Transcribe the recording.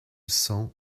cent